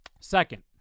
Second